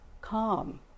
calm